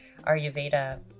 ayurveda